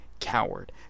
coward